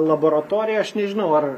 laboratorija aš nežinau ar